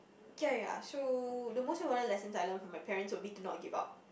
ya ya so the most important lessons I learnt from my parents would be to not give up